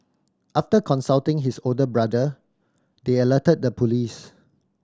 after consulting his older brother they alerted the police